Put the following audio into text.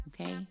Okay